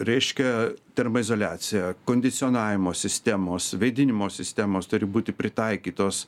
reiškia termoizoliacija kondicionavimo sistemos vėdinimo sistemos turi būti pritaikytos